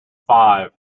five